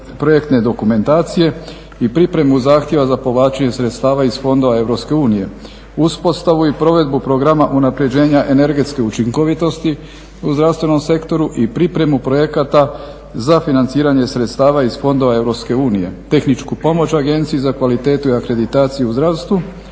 projektne dokumentacije i pripremu zahtjeva za povlačenje sredstava iz fondova EU. Uspostavu i provedbu programa unapređenja energetske učinkovitosti u zdravstvenom sektoru i pripremu projekata za financiranje sredstava iz fondova EU, tehničku pomoć Agenciji za kvalitetu i akreditaciju u zdravstvu